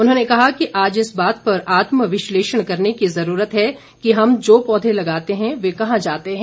उन्होंने कहा कि आज इस बात पर आत्म विशलेषण करने की जरूरत है कि हम जो पौधे लगाते हैं वे कहां जाते हैं